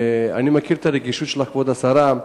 אני מכיר את הרגישות שלך, כבוד השרה.